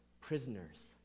prisoners